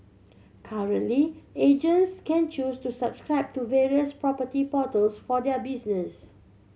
currently agents can choose to subscribe to various property portals for their businesses